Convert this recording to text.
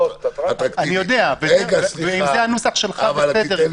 אני יודע, ועם זה הנוסח שלך בסדר.